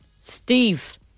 Steve